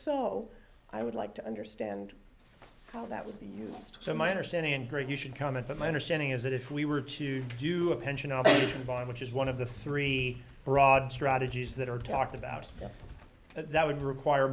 so i would like to understand how that would be used so my understanding and great you should comment but my understanding is that if we were to do a pension of voting which is one of the three broad strategies that are talked about that would require